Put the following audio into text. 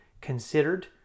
considered